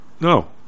No